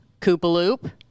Coopaloop